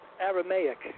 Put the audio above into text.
Aramaic